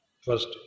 first